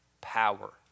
power